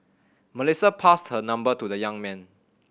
Melissa passed her number to the young man